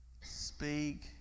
Speak